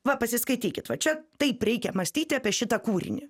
va pasiskaitykit va čia taip reikia mąstyti apie šitą kūrinį